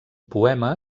poema